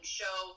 show